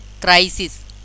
crisis